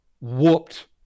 whooped